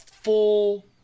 Full